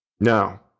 Now